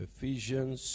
Ephesians